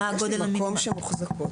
מקום בו מוחזקות.